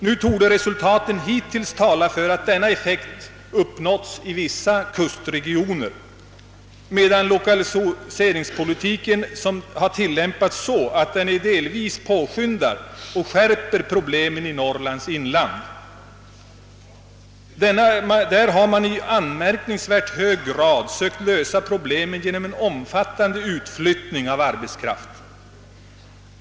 Nu torde resultaten hittills tala för att denna effekt uppnåtts i vissa kustregioner, medan lokaliseringspolitiken har tilllämpats så att den delvis skärper problemen i Norrlands inland. Där har man i anmärkningsvärt hög grad sökt lösa problemen genom en omfattande utflyttning av arbetskraften.